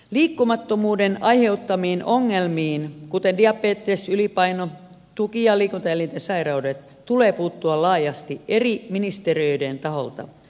liikkumattomuuden aiheuttamiin ongelmiin kuten diabetekseen ylipainoon tuki ja liikuntaelinten sairauksiin tulee puuttua laajasti eri ministeriöiden taholta